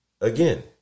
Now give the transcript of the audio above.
again